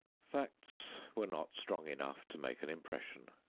facts were not strong enough to make an impression.